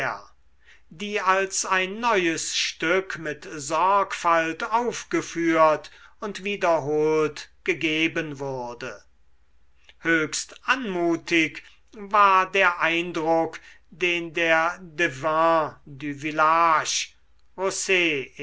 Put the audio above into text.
die als ein neues stück mit sorgfalt aufgeführt und wiederholt gegeben wurde höchst anmutig war der eindruck den der